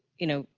you know,